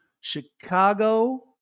Chicago